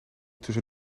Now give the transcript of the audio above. tussen